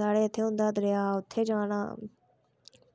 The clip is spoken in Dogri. साढ़े उत्थै होंदा हा दरेआ उत्थै जाना